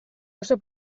oso